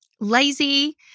Lazy